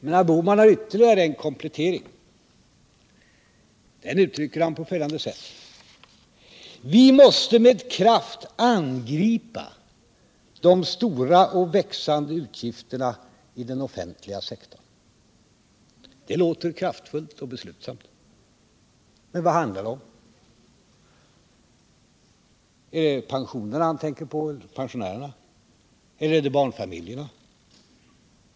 Men herr Bohman har ytterligare en komplettering. Den uttrycker han på följande sätt: ”Vi måste med kraft angripa de stora och växande utgifterna i den offentliga sektorn.” Det låter kraftfullt och beslutsamt. Men vad handlar det om? Är det pensionärerna han tänker på? Eller är det barnfamiljerna?